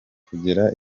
kugera